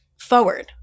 forward